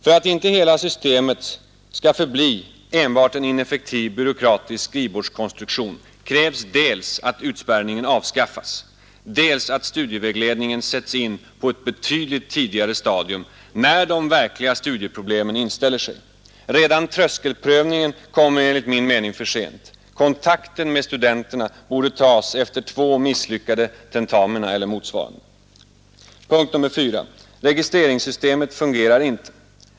För att inte hela systemet skall förbli enbart en ineffektiv byråkratisk skrivbordskonstruktion krävs dels att utspärrningen avskaffas, dels att studievägledningen sätts in på ett betydligt tidigare stadium när de verkliga studieproblemen inställer sig. Redan tröskelprövningen kommer enligt min mening för sent. Kontakten borde tas efter två misslyckade tentamina eller motsvarande. 4. Registreringssystemet fungerar inte.